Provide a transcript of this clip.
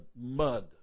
mud